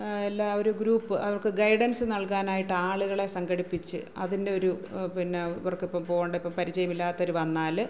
എല്ലാ ഒരു ഗ്രൂപ്പ് അവർക്ക് ഗൈഡൻസ് നല്കാനായിട്ട് ആളുകളെ സംഘടിപ്പിച്ച് അതിൻ്റെ ഒരു പിന്നെ ഇവർക്ക് ഇപ്പം പോകണ്ട ഇപ്പം പരിചയമില്ലാത്തവര് വന്നാല്